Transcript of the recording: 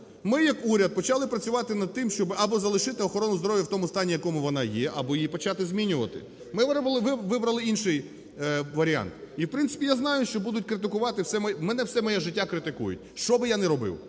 Ми як уряд почали працювати над тим, щоб або залишити охорону здоров'я в тому стані, як вона є, або її почати змінювати. Ми вибрали інший варіант. І, в принципі, я знаю, що будуть критикувати. Мене все моє життя критикують, що би я не робив,